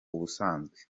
ubusanzwe